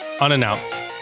unannounced